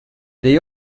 they